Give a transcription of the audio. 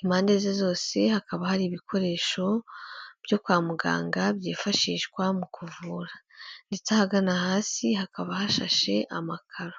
impande ze zose hakaba hari ibikoresho byo kwa muganga byifashishwa mu kuvura ndetse ahagana hasi hakaba hashashe amakara.